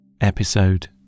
episode